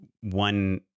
one